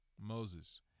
Moses